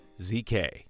ZK